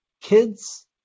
kids